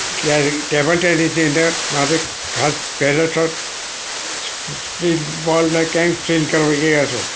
ક્યારેક ટેબલ ટેનિસની અંદર મારે ખાસ પહેલો શોર્ટ સ્ટ્રીટ બોલના કેમ સીલ કરવો એ હતો